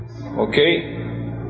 Okay